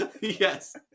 Yes